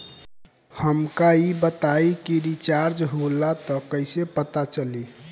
हमका ई बताई कि रिचार्ज होला त कईसे पता चली?